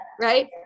right